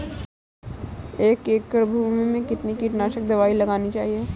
एक एकड़ भूमि में कितनी कीटनाशक दबाई लगानी चाहिए?